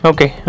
Okay